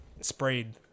sprayed